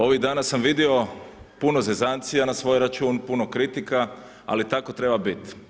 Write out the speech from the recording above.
Ovih dana sam vidio puno zezancija na svoj račun, puno kritika ali tako treba biti.